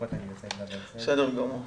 בסדר גמור.